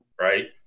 right